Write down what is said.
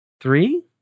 Three